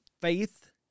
Faith